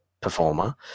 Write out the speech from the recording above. performer